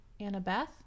Annabeth